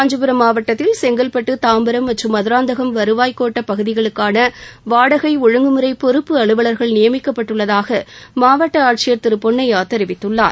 காஞ்சிபுரம் மாவட்டத்தில் செங்கல்பட்டு தாம்பரம் மற்றும் மதராந்தகம் வருவாய் கோட்டப்பகுதிகளுக்கான வாடகை ஒழுங்குமுறை பொறுப்பு அலுவலர்கள் நியமிக்கப்பட்டுள்ளதாக மாவட்ட ஆட்சியர் திரு பொன்னையா தெரிவித்துள்ளார்